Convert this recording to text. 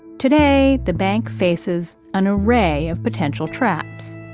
today the bank faces an array of potential traps.